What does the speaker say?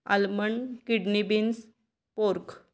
almond kidney beans pork